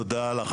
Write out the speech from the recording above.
תודה לך,